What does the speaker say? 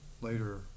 later